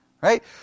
Right